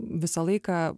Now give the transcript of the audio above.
visą laiką